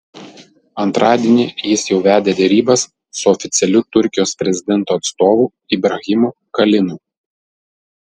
antradienį jis jau vedė derybas su oficialiu turkijos prezidento atstovu ibrahimu kalinu